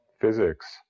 physics